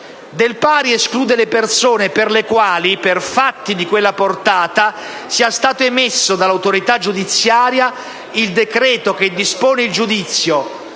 Del pari esclude le persone per le quali - per fatti di quella portata - sia stato emesso dall'autorità giudiziaria il decreto che dispone il giudizio